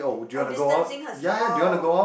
oh distancing herself